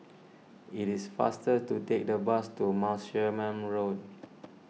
it is faster to take the bus to Martlesham Road